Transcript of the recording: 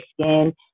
skin